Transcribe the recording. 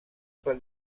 per